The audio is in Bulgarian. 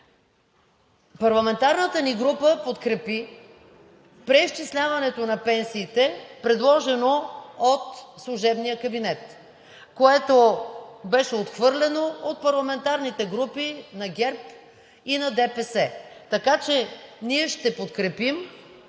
Парламентарната ни група подкрепи преизчисляването на пенсиите, предложено от служебния кабинет, което беше отхвърлено от парламентарните групи на ГЕРБ и на ДПС. Така че ние ще подкрепим